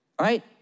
right